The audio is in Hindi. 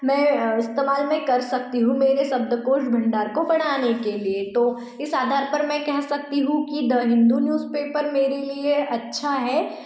मैं इस्तेमाल मैं कर सकती हूँ मेरे शब्दकोश भंडार को बढ़ाने के लिए तो इस आधार पर मै कह सकती हूँ कि द हिन्दू न्यूज़पेपर मेरे लिए अच्छा है